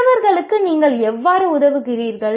மற்றவர்களுக்கு நீங்கள் எவ்வாறு உதவுகிறீர்கள்